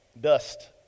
dust